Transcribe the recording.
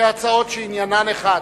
שתי הצעות שעניינן אחד.